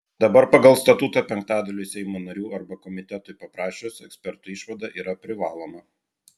dabar pagal statutą penktadaliui seimo narių arba komitetui paprašius ekspertų išvada yra privaloma